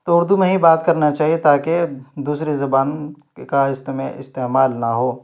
تو اردو میں ہی بات کرنا چاہیے تاکہ دوسری زبان کا استعمال نہ ہو